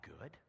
good